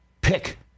pick